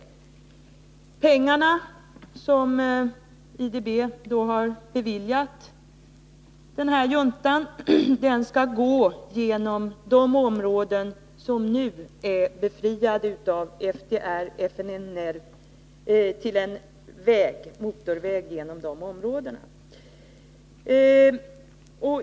De pengar som IDB har beviljat juntan skall gå till en motorväg genom de områden som nu är befriade av FDR och FMNL.